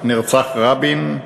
נרצח רבין,